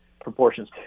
proportions